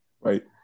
right